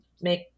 make